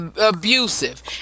abusive